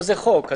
זה פה חוק.